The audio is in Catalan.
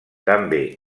també